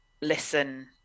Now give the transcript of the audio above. listen